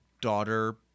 daughter